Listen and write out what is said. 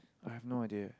I have no idea